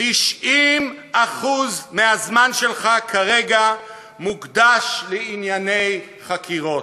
90% מהזמן שלך כרגע מוקדשים לענייני חקירות,